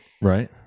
Right